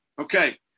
Okay